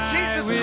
Jesus